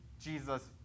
Jesus